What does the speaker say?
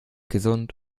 gesund